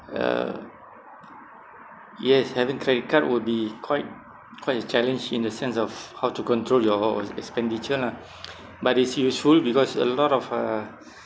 uh yes having credit card will be quite quite a challenge in the sense of how to control your expenditure lah but it's useful because a lot of uh